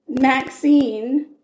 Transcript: Maxine